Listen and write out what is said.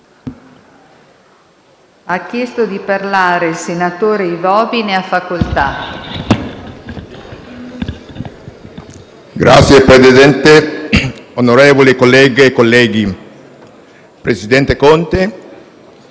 Signor Presidente, onorevoli colleghe e colleghi, presidente Conte,